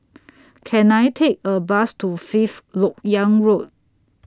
Can I Take A Bus to Fifth Lok Yang Road